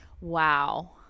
Wow